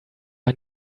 ein